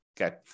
okay